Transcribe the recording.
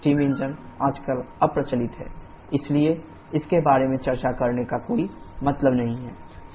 steam engine आजकल अप्रचलित हैं इसलिए इसके बारे में चर्चा करने का कोई मतलब नहीं है